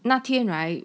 那天 right